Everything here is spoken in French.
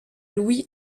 louis